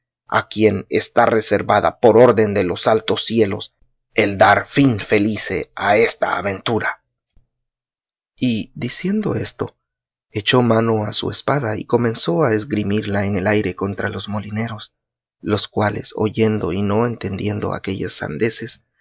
a quien está reservada por orden de los altos cielos el dar fin felice a esta aventura y diciendo esto echó mano a su espada y comenzó a esgrimirla en el aire contra los molineros los cuales oyendo y no entendiendo aquellas sandeces